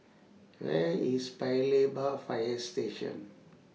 Where IS Paya Lebar Fire Station